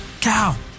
Cow